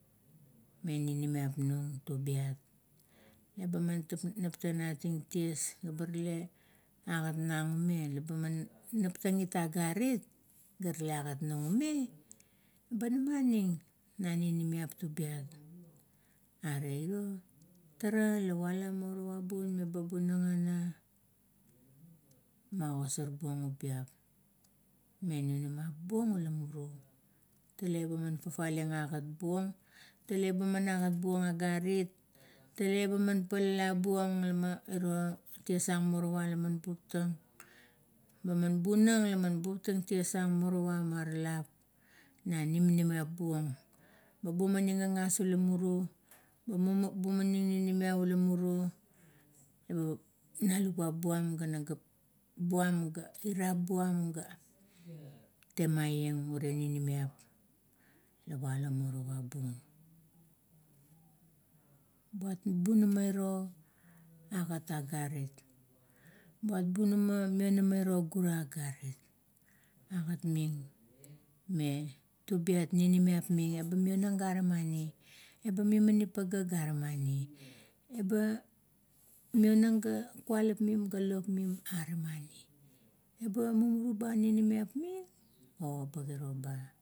Mi ninimap nung tubiat. Eba man nating ties ga ba rale agat nang ume, eba man naptang it agarit, ga rale agat nung ume, ba namaning na ninimiap tubiat. Are iro tara la vala morowa bun, meba bunang ana, magosar bung ubiap me munamap bung ula muru. Tale man fafale ang agat buong, tale ba man agat buong agarit, tale ba man palalabuong, la ma, uro ties ang morowa, laman buptang, leman bunang laman buptang ties and morowa, maralap na ninimiap buong. Ba bumaning gagas ula muru ba bumaning ninimiap ula muru na luvap buam ga na gap buam ga irap buam, ga temaieng ure ninimiap la walo morowa bun. Buat bunama, iro agat agarit, buat bunama, meo nama iro gura agarit, agat ming me tubiat ninimiap ming, eba mionang gane mani, ba mimaning pagea gare mani, eba mionang ga kulapmim ga lop mim are mani. Eba mumuruba ninimiap ming e ba giro ba.